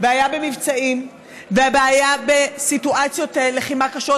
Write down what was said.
והיה במבצעים והיה בסיטואציות לחימה קשות,